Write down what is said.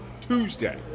tuesday